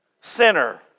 Sinner